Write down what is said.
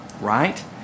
Right